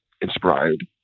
inspired